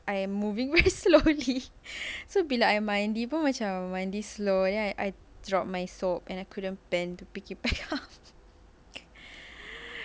I am moving very slowly so be like my neighbour macam this slow then I I drop my soap and I couldn't bend to pick it back up